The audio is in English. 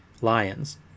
lions